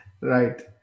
Right